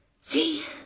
See